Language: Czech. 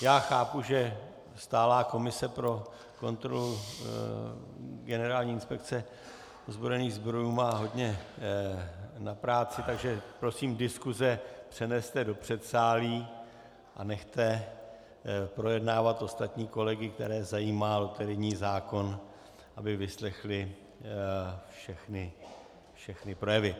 Já chápu, že stálá komise pro kontrolu Generální inspekce ozbrojených sborů má hodně na práci, takže prosím, diskuse přeneste do předsálí a nechte projednávat ostatní kolegy, které zajímá loterijní zákon, aby vyslechli všechny projevy.